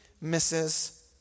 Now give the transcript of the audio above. misses